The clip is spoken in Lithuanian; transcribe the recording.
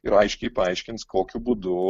ir aiškiai paaiškins kokiu būdu